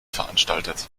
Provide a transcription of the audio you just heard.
veranstaltet